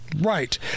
Right